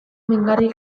mingarri